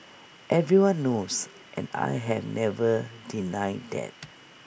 everyone knows and I have never denied that